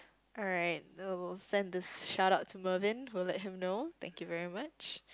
alright I will send this shout out to Mervin will let him know thank you very much